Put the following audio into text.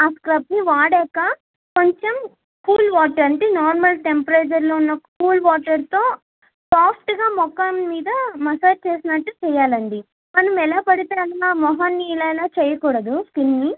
ఆ స్క్రబ్ని వాడాక కొంచెం కూల్ వాటర్ అంటే నార్మల్ టెంపరేచర్లో ఉన్న కూల్ వాటర్తో ఫాస్ట్గా మొఖం మీద మసాజ్ చేసినట్టు చెయ్యాలండి మనం ఎలా పడితే అలా మొహాన్ని ఇలా ఇలా చేయకూడదు స్కిన్ని